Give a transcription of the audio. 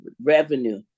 revenue